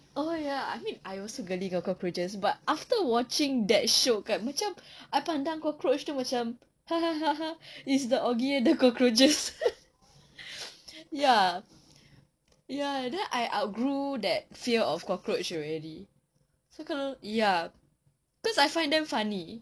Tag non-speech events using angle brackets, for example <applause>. oh ya I mean I also geli dengan cockroaches but after watching that show kan macam I pandang cockroach macam <laughs> it's the oggy the cockroaches <laughs> ya ya then I outgrew that fear of cockroach already so ya cause I find them funny